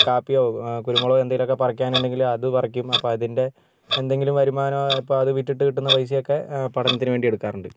കാപ്പിയോ കുരുമുളകോ എന്തെങ്കിലുമൊക്കെ പറിക്കാൻ ഉണ്ടെങ്കിൽ അത് പറിക്കും അപ്പോൾ അതിൻ്റെ എന്തെങ്കിലും വരുമാനമോ അപ്പോൾ അത് വിറ്റിട്ട് കിട്ടുന്ന പൈസയൊക്കെ പഠനത്തിന് വേണ്ടി എടുക്കാറുണ്ട്